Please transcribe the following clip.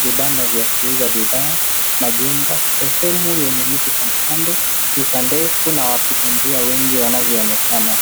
vibanda vya kuuza bidhaa, majumba. Sehemu yenye miti iko kando, mita ndefu na wapita njia wengi wanavyoonekana.